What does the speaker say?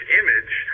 image